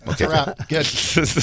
Okay